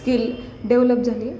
skill develop झाली